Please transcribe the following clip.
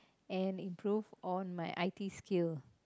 and improve on my I_T skills